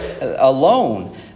alone